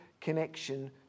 connection